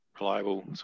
reliable